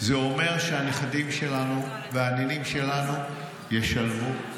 זה אומר שהנכדים שלנו והנינים שלנו ישלמו,